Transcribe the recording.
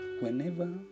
Whenever